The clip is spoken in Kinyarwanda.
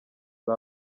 ari